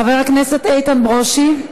חבר הכנסת איתן ברושי,